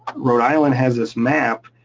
rhode island has this map.